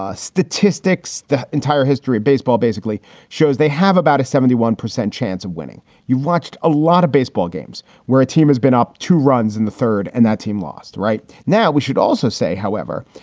ah statistics, the entire history of baseball basically shows they have about a seventy one percent chance of winning. you watched a lot of baseball games where a team has been up two runs in the third and that team lost right now. we should also say, however,